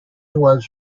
was